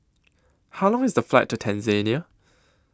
How Long IS The Flight to Tanzania